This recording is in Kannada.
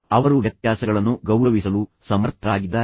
ಅವರು ವ್ಯತ್ಯಾಸಗಳನ್ನು ಗೌರವಿಸಲು ಸಮರ್ಥರಾಗಿದ್ದಾರೆ